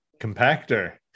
Compactor